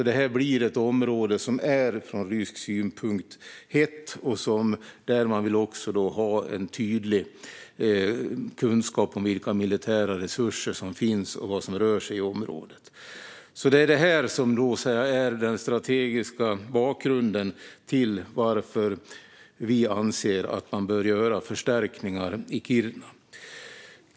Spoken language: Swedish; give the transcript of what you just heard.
Det är ett område som från rysk synpunkt är hett och där man vill ha tydlig kunskap om vilka militära resurser som finns och vad som rör sig i området. Detta är alltså den strategiska bakgrunden till att vi anser att man bör göra förstärkningar i Kiruna.